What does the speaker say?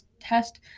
test